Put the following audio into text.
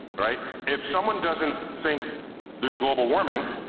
right? if someone doesn't think there's global warming,